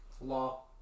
Law